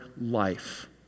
life